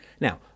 Now